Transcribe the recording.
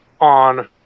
on